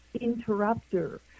interrupter